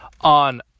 on